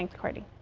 and kaiti